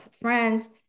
friends